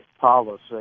policy